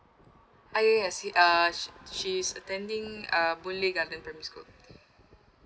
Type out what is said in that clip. uh yes yes he uh she's attending uh boon lay garden primary school